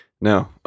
No